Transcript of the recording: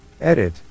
Edit